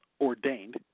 ordained